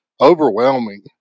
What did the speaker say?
overwhelming